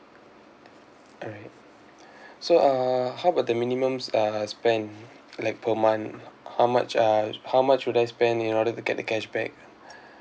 alright so uh how about the minimum uh spend like per month how much uh how much would I spend in order to get the cashback